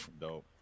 Dope